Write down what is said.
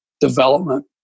development